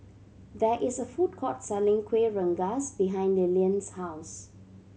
there is a food court selling Kuih Rengas behind Lillian's house